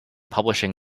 publishing